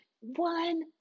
one